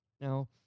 Now